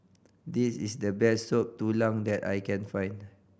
this is the best Soup Tulang that I can find